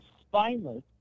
spineless